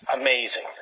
amazing